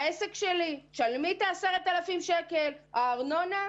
העירייה רוצה את הארנונה,